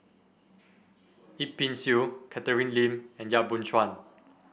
Yip Pin Xiu Catherine Lim and Yap Boon Chuan